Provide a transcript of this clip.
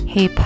Hey